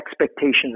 expectations